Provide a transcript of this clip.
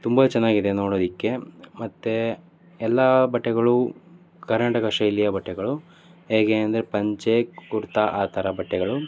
ತುಂಬ ಚೆನ್ನಾಗಿದೆ ನೋಡೋದಕ್ಕೆ ಮತ್ತೆ ಎಲ್ಲ ಬಟ್ಟೆಗಳು ಕರ್ನಾಟಕ ಶೈಲಿಯ ಬಟ್ಟೆಗಳು ಹೇಗೆ ಅಂದರೆ ಪಂಚೆ ಕುರ್ತ ಆ ಥರ ಬಟ್ಟೆಗಳು